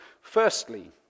Firstly